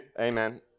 Amen